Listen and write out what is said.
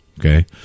okay